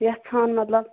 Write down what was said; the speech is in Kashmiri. یَژھان مطلب